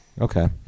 Okay